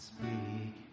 Speak